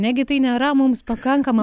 negi tai nėra mums pakankama